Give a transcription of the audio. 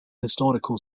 historical